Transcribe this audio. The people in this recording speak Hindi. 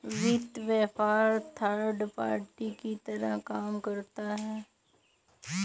वित्त व्यापार थर्ड पार्टी की तरह काम करता है